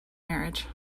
marriage